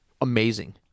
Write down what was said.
amazing